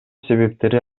себептери